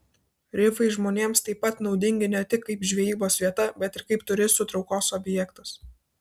rifai žmonėms taip pat naudingi ne tik kaip žvejybos vieta bet ir kaip turistų traukos objektas